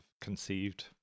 conceived